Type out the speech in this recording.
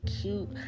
cute